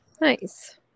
Nice